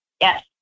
Yes